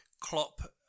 Klopp